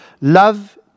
love